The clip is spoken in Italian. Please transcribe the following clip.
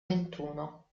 ventuno